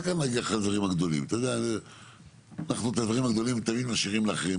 אנחנו את הדברים הגדולים תמיד משאירים לאחרים,